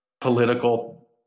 political